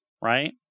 right